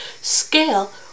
scale